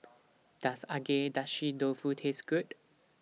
Does Agedashi Dofu Taste Good